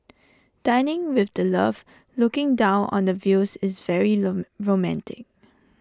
dining with the love looking down on the views is very romantic